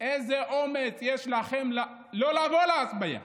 איזה אומץ יש לכם לא לבוא להצביע?